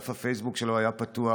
דף הפייסבוק שלו היה פתוח,